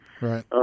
Right